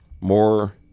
more